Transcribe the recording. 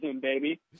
baby